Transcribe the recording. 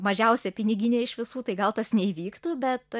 mažiausia piniginė iš visų tai gal tas neįvyktų bet